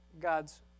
God's